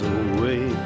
away